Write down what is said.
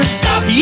stop